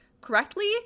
correctly